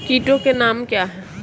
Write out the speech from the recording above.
कीटों के नाम क्या हैं?